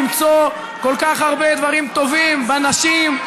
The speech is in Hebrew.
למצוא כל כך הרבה דברים טובים בנשים.